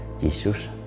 Jesus